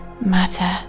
matter